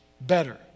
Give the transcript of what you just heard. better